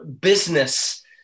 business